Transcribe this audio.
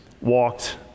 walked